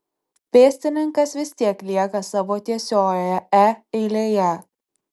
pėstininkas vis tiek lieka savo tiesiojoje e eilėje